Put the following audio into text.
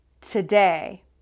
today